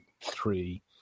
three